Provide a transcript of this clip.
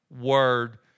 word